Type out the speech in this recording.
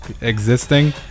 existing